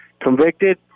Convicted